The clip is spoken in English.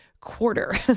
quarter